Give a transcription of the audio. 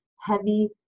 heavy